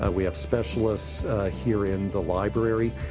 ah we have specialists here in the library.